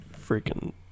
freaking